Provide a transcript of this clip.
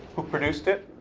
who produced it?